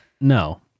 no